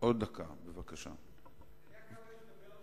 אתה יודע כמה יש לדבר על